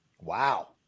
Wow